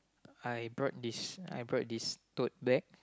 I brought this I brought this tote bag